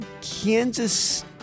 Kansas